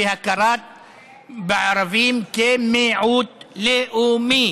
והכרה בערבים כמיעוט לאומי.